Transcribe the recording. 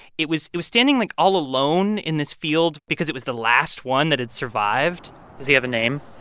it was it was standing, like, all alone in this field because it was the last one that had survived does he have a name?